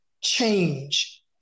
change